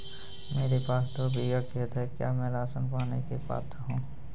मेरे पास दो बीघा खेत है क्या मैं राशन पाने के लिए पात्र हूँ?